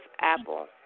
apple